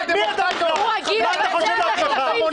הוא רגיל לבצע מחטפים.